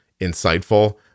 insightful